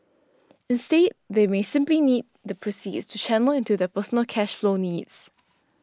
instead they may simply need the proceeds to channel into their personal cash flow needs